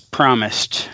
promised